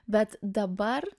bet dabar